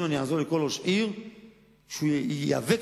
אנחנו עוברים